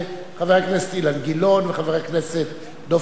חבר הכנסת אילן גילאון וחבר הכנסת דב חנין,